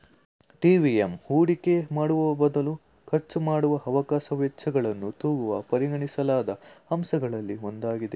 TVM ಹೂಡಿಕೆ ಮಾಡುವಬದಲು ಖರ್ಚುಮಾಡುವ ಅವಕಾಶ ವೆಚ್ಚಗಳನ್ನು ತೂಗುವಾಗ ಪರಿಗಣಿಸಲಾದ ಅಂಶಗಳಲ್ಲಿ ಒಂದಾಗಿದೆ